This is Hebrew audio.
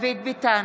דוד ביטן,